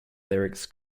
lyrics